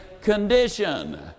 condition